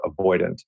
avoidant